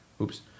Oops